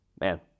man